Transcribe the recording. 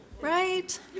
Right